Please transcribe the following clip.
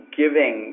giving